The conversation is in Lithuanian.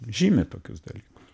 žymi tokius dalykus